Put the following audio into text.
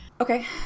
Okay